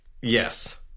Yes